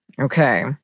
Okay